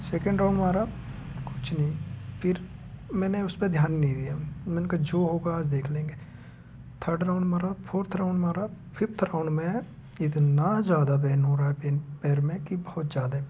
second round मारा कुछ नहीं फिर मैंने उस पर ध्यान नहीं दिया मैंने कहा जो होगा आज देख लेंगे थर्ड राउंड मारा फोर्थ राउंड मारा फिफ्थ राउंड में इतना ज्यादा पेन हो रहा है पेन पैर में कि बहुत ज्यादे